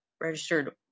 registered